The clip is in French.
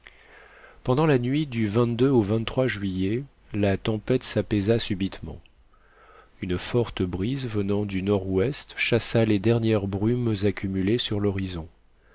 pendant la nuit du au juillet la tempête s'apaisa subitement une forte brise venant du nord-est chassa les dernières brumes accumulées sur l'horizon